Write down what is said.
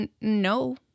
no